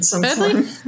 Badly